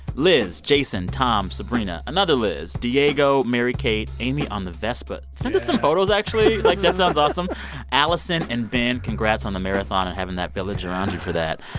liz, jason, tom, sabrina, another liz, diego, mary-kate, amy on the vespa yeah. send us some photos actually like, that sounds awesome alison and ben. congrats on the marathon and having that village around you for that.